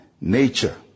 nature